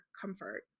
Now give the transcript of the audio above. comfort